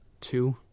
two